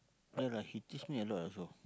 ya lah he teach me a lot also